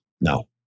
No